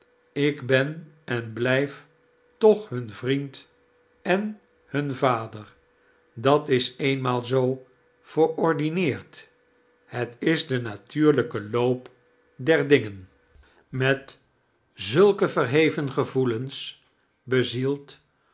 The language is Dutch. ik ben en blijf toch hun vriend en hun vader dat is eenkerstvertellingen maal zoo verordimeerd het is de natuurlijke loop der dingen met zulke verlieven gevoelens bezield